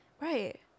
Right